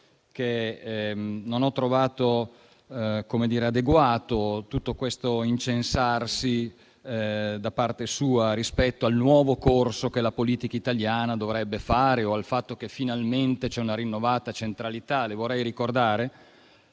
che non ho trovato adeguato tutto l'incensarsi, da parte sua, rispetto al nuovo corso che la politica italiana dovrebbe fare o al fatto che finalmente c'è una rinnovata centralità. Le vorrei ricordare